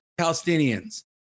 Palestinians